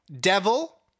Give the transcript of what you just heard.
Devil